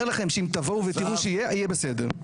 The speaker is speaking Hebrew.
אומר לכם שאם תבואו ותראו שיהיה, יהיה בסדר.